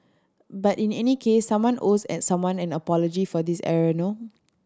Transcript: but in any case someone owes an someone in apology for this error no